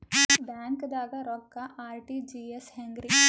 ಬ್ಯಾಂಕ್ದಾಗ ರೊಕ್ಕ ಆರ್.ಟಿ.ಜಿ.ಎಸ್ ಹೆಂಗ್ರಿ?